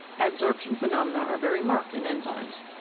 adsorption phenomena are very marked in enzymes.